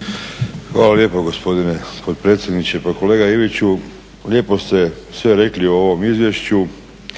(HDZ)** Hvala lijepo gospodine potpredsjedniče. Pa kolega Ivić, lijepo ste sve rekli o ovom izvješću.